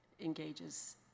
engages